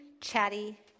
chatty